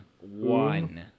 One